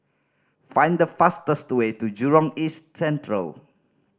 find the fastest way to Jurong East Central